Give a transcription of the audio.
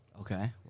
Okay